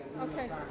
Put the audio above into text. okay